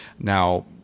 Now